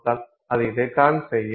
அது இதைத்தான் செய்யும்